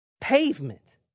pavement